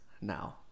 now